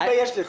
ליבה יש לך?